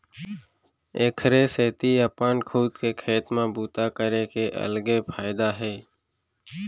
एखरे सेती अपन खुद के खेत म बूता करे के अलगे फायदा हे